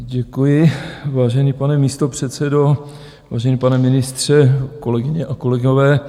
Děkuji, vážený pane místopředsedo, vážený pane ministře, kolegyně a kolegové.